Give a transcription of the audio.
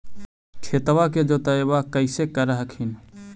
खेतबा के जोतय्बा कैसे कर हखिन?